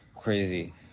crazy